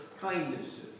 kindnesses